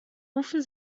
rufen